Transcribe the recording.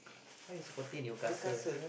why you supporting Newcastle